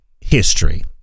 history